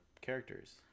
characters